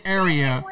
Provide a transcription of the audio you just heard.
area